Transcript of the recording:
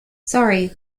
sorry